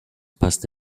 past